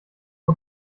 die